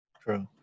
true